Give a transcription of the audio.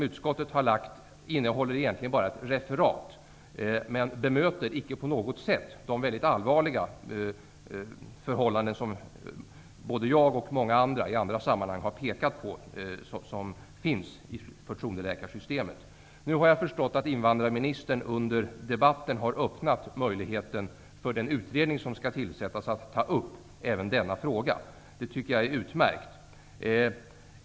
Utskottets yttrande innehåller egentligen bara ett referat och bemöter på intet sätt de mycket allvarliga förhållanden som finns i förtroendeläkarsystemet som jag och många andra har pekat på i andra sammanhang. Nu har jag förstått att invandrarministern under debatten har öppnat möjligheten för den utredning som skall tillsättas att ta upp även denna fråga. Det tycker jag är utmärkt.